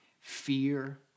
Fear